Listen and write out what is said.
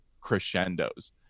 crescendos